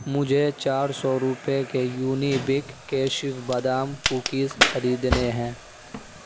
مجھے چار سو روپئے کے یونیبک کیشیز بادام کوکیز خریدنے ہیں